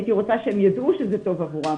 הייתי רוצה שהם ידעו שזה טוב עבורם,